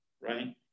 right